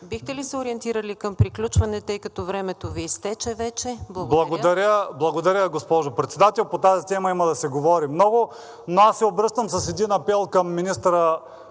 Бихте ли се ориентирали към приключване, тъй като времето Ви изтече вече. Благодаря. КОСТА СТОЯНОВ: Благодаря, госпожо Председател. По тази тема има да се говори много, но аз се обръщам с един апел към министъра